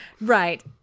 Right